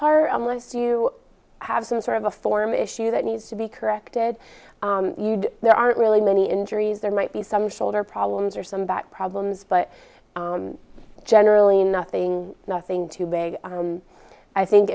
part unless you have some sort of a form issue that needs to be corrected there aren't really many injuries there might be some shoulder problems or some back problems but generally nothing nothing too big i think